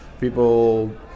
People